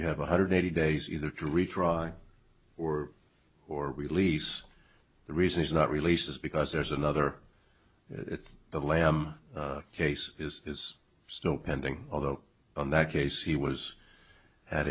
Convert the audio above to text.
you have one hundred eighty days either to retry or or release the reason is not released is because there's another it's the lam case is still pending although in that case he was at